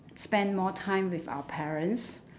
spend more time with our parents